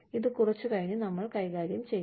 ഇത് കുറച്ച് കഴിഞ്ഞ് കൈകാര്യം ചെയ്യും